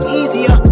easier